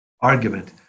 argument